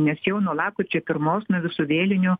nes jau nuo lapkričio pirmos nuo visų vėlinių